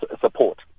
support